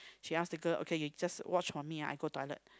she ask the girl okay you just watch for me ah I go toilet